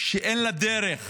שאין לה דרך